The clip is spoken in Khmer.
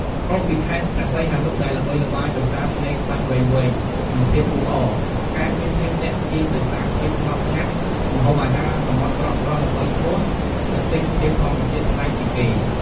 ខុសពីខេត្តព្រះសីហនុដែលល្បីល្បាញដោយសារឆ្នេរខ្សាច់វែងៗ និងភាពអ៊ូអរ កែបមានភាពទាក់ទាញដោយសារភាពស្ងប់ស្ងាត់ ម្ហូបអាហារសមុទ្រស្រស់ៗល្បីឈ្មោះ និងទេសភាពធម្មជាតិប្លែកពីគេ។